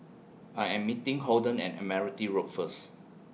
I Am meeting Holden and Admiralty Road First